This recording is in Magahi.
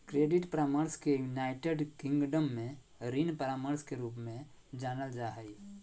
क्रेडिट परामर्श के यूनाइटेड किंगडम में ऋण परामर्श के रूप में जानल जा हइ